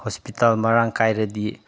hospital ꯃꯔꯥꯡ ꯀꯥꯏꯔꯗꯤ